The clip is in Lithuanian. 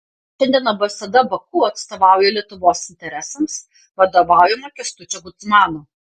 šiandien ambasada baku atstovauja lietuvos interesams vadovaujama kęstučio kudzmano